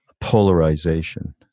polarization